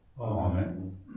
Amen